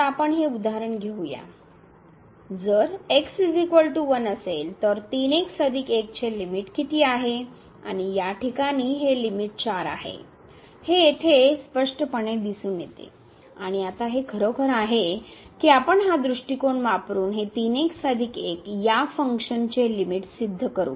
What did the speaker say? तर आता आपण हे उदाहरण घेऊ या की चे लिमिट किती आहे आणि या ठिकाणी हे लिमिट 4 आहे हे येथे स्पष्टपणे दिसून येते आणि आता हे खरोखर आहे की आपण हा दृष्टिकोन वापरुन हे सिद्ध करू